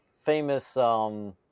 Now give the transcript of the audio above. famous